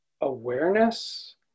awareness